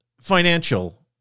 financial